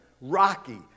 rocky